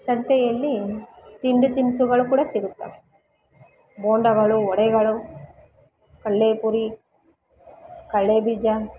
ಸಂತೆಯಲ್ಲಿ ತಿಂಡಿ ತಿನಿಸುಗಳು ಕೂಡ ಸಿಗುತ್ತವೆ ಬೋಂಡಾಗಳು ವಡೆಗಳು ಕಡ್ಲೆಪುರಿ ಕಡ್ಲೆಬೀಜ